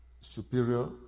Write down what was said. superior